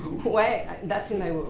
why? that's in my